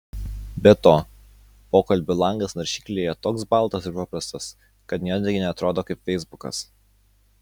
be to pokalbių langas naršyklėje toks baltas ir paprastas kad netgi neatrodo kaip feisbukas